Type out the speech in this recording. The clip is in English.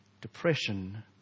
depression